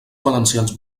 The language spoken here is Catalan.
valencians